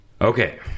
Okay